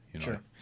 Sure